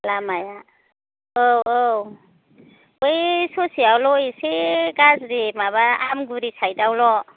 लामाया औ औ बै ससेयावल' एसे गाज्रि माबा आमगुरि साइदआवल'